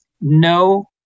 No